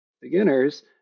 beginners